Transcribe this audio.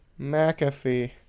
McAfee